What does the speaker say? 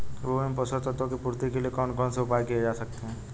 भूमि में पोषक तत्वों की पूर्ति के लिए कौन कौन से उपाय किए जा सकते हैं?